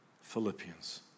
Philippians